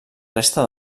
resta